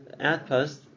outpost